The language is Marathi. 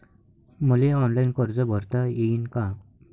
मले ऑनलाईन कर्ज भरता येईन का?